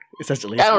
essentially